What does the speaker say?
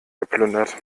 geplündert